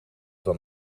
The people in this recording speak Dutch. dan